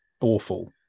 awful